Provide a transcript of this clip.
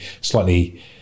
slightly